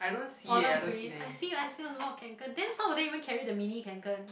oh light grey I see I see a lot of Kanken then some of them even carry the mini Kanken